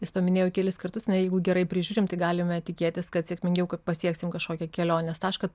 vis paminėjau kelis kartus ar ne jeigu gerai prižiūrim tai galime tikėtis kad sėkmingiau kad pasieksim kažkokį kelionės tašką